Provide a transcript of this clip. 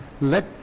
let